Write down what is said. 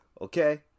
okay